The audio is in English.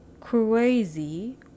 crazy